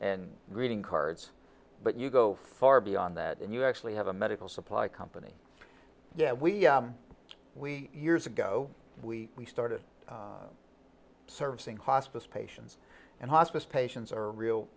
and greeting cards but you go far beyond that and you actually have a medical supply company yeah we we years ago we started servicing hospice patients and hospice patients are real